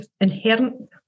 inherent